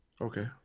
okay